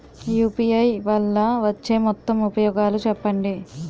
UPI వల్ల వచ్చే మొత్తం ఉపయోగాలు చెప్పండి?